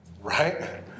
Right